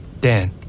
Dan